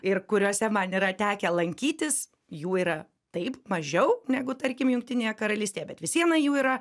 ir kuriose man yra tekę lankytis jų yra taip mažiau negu tarkim jungtinėje karalystėje bet vis viena jų yra